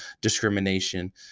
discrimination